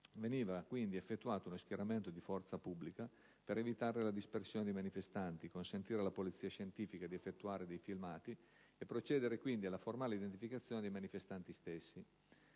Veniva quindi effettuato uno schieramento di forza pubblica, per evitare la dispersione dei manifestanti, consentire alla polizia scientifica di effettuare dei filmati e procedere quindi alla formale identificazione dei manifestanti stessi.